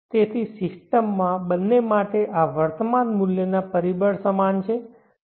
તેથી સિસ્ટમમાં બંને માટે આ વર્તમાન મૂલ્યના પરિબળ સમાન છે